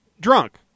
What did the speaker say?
drunk